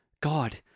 God